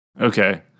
Okay